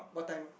what time